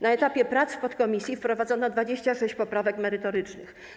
Na etapie prac w podkomisji wprowadzono 26 poprawek merytorycznych.